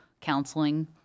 counseling